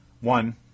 One